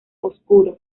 oscuro